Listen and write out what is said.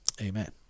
amen